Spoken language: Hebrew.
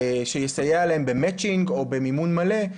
שיסייע להם במצ'ינג או במימון מלא.